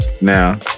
now